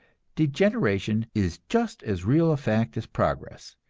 degeneration is just as real a fact as progress,